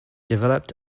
developed